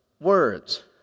Words